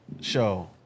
show